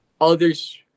Others